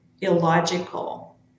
illogical